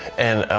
and